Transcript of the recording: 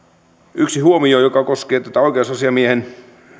yksi huomio joka koskee oikeusasiamiehen